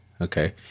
Okay